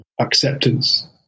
acceptance